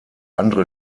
andere